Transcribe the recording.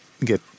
get